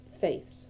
faith